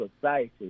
society